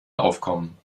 aufkommen